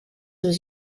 was